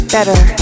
Better